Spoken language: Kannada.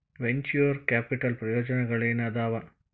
ವೆಂಚೂರ್ ಕ್ಯಾಪಿಟಲ್ ಪ್ರಯೋಜನಗಳೇನಾದವ